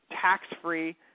Tax-free